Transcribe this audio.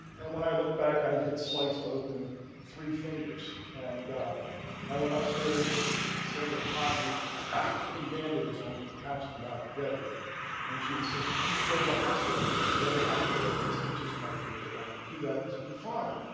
and when i looked back i had sliced open three fingers. and i went upstairs and sandra caught me putting bandage on them to patch them back together and she insists, you should go to the hospital. i said, if i go to the hospital they'll put stitches in my fingers, i don't want to do that. this will be fine.